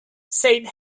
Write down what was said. said